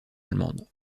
allemande